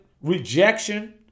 rejection